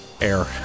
air